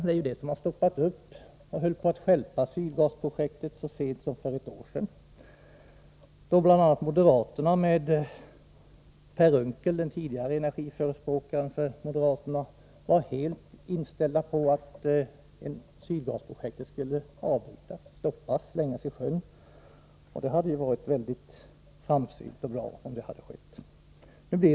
Det har försenat Sydgasprojektet och höll på att stjälpa det så sent som för ett år sedan. Då var bl.a. moderaterna, med Per Unckel — partiets tidigare talesman i energifrågor — i spetsen, helt inställda på att Sydgasprojektet skulle avbrytas och slängas i sjön. Det hade ju varit väldigt framsynt och bra, om så hade skett!